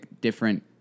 different